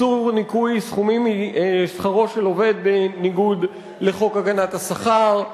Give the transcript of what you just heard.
איסור ניכוי סכומים משכרו של עובד בניגוד לחוק הגנת השכר,